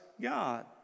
God